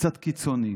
קצת קיצונית.